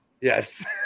Yes